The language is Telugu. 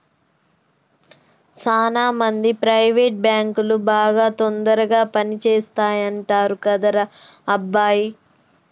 సాన మంది ప్రైవేట్ బాంకులు బాగా తొందరగా పని చేస్తాయంటరు కదరా అబ్బాయి